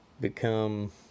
become